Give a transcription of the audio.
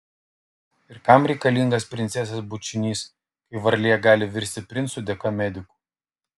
ir kam reikalingas princesės bučinys kai varlė gali virsti princu dėka medikų